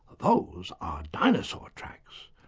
those are dinosaur tracks.